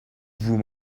vous